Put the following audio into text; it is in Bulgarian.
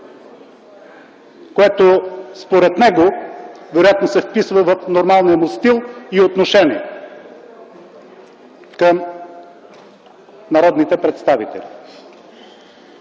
което според него вероятно се вписва в нормалния му стил и отношение към народните представители.